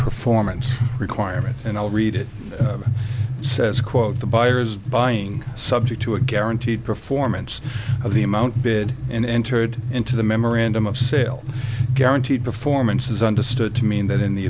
performance requirement and i will read it says quote the buyer is buying subject to a guaranteed performance of the amount bid and entered into the memorandum of sale guaranteed performance is understood to mean that in the